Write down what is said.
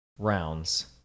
rounds